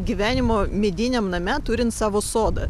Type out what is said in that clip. gyvenimo mediniam name turint savo sodą